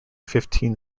fifteen